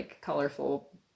colorful